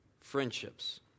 friendships